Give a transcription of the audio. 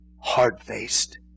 Hard-faced